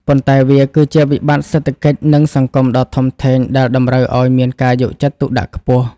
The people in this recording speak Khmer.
ប៉ុន្តែវាគឺជាវិបត្តិសេដ្ឋកិច្ច និងសង្គមដ៏ធំធេង ដែលតម្រូវឱ្យមានការយកចិត្តទុកដាក់ខ្ពស់។